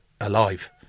alive